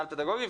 מינהל פדגוגי,